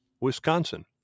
wisconsin